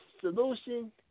solution